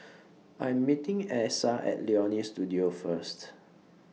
I Am meeting Essa At Leonie Studio First